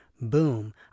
boom